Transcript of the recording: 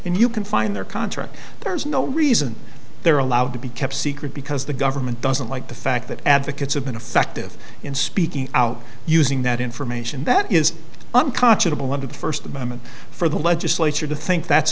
and you can find their contract there's no reason they're allowed to be kept secret because the government doesn't like the fact that advocates have been affective in speaking out using that information that is unconscionable under the first moment for the legislature to think that's